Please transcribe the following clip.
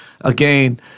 Again